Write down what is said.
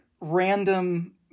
random